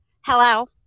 Hello